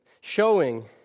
showing